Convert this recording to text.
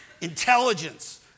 intelligence